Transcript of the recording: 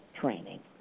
training